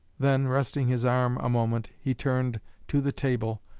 then, resting his arm a moment, he turned to the table,